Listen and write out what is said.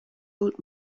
old